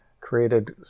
created